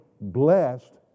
blessed